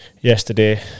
yesterday